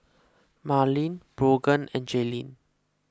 Marleen Brogan and Jaelynn